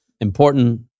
important